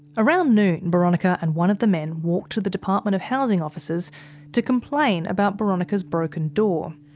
around noon, boronika and one of the men walked to the department of housing offices to complain about boronika's broken door.